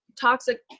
toxic